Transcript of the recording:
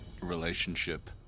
relationship